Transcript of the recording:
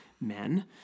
men